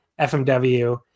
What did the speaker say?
FMW